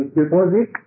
deposit